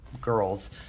girls